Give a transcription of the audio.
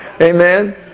Amen